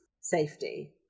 safety